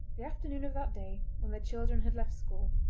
the afternoon of that day, when the children had left school,